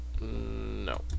No